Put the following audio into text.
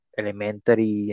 elementary